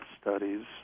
Studies